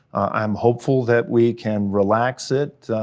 i'm hopeful that we can relax it,